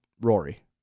Rory